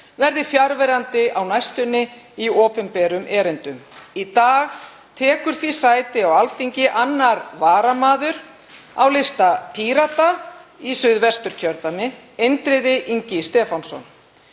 verði fjarverandi á næstunni í opinberum erindum. Í dag tekur því sæti á Alþingi 2. varamaður á lista Pírata í Suðvesturkjördæmi, Indriði Ingi Stefánsson.